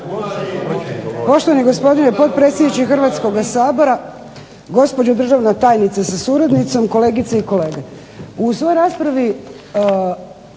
Poštovani gospodine potpredsjedniče Hrvatskoga sabora, gospođo državna tajnice sa suradnicom, kolegice i kolege. U svojoj raspravi